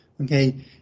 okay